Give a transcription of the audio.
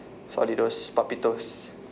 solidos popitos